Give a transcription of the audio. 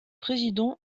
président